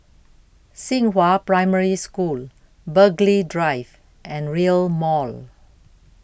Xinghua Primary School Burghley Drive and Rail Mall